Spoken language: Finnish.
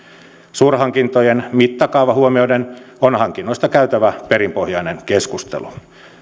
suurhankintojen mittakaava huomioiden on hankinnoista käytävä perinpohjainen keskustelu